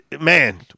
man